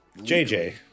JJ